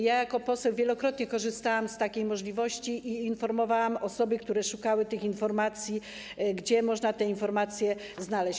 Jako poseł wielokrotnie korzystałam z takiej możliwości i informowałam osoby, które szukały tych informacji, gdzie można je znaleźć.